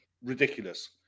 ridiculous